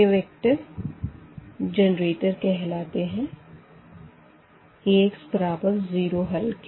यह vector generator कहलाते है Ax बराबर 0 हल के